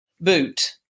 boot